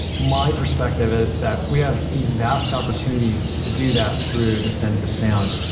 my perspective is that we have these vast opportunities to do that through the sense of sound.